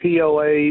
POA